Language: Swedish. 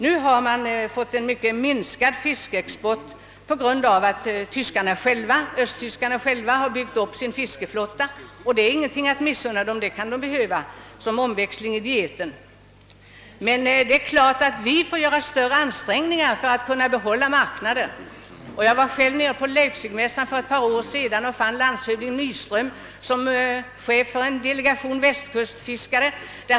Nu har fiskeexporten kraftigt minskats på grund av att östtyskarna själva har byggt upp sin fiskeflotta. Det är ingenting att missunna dem — de kan behöva fisken som omväxling i dieten. Men det är klart att vi får göra större ansträngningar för att kunna behålla marknaden. Jag var själv nere på Leipzigmässan för ett par år sedan och fann då landshövding Nyström som chef för en delegation västkustfiskare.